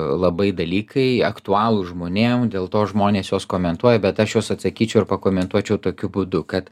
labai dalykai aktualūs žmonėm dėl to žmonės juos komentuoja bet aš juos atsakyčiau ir pakomentuočiau tokiu būdu kad